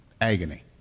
Agony